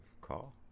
call